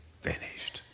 finished